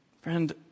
Friend